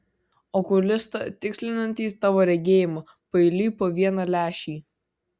okulistą tikslinantį tavo regėjimą paeiliui po vieną lęšį